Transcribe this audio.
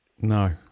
No